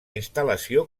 instal·lació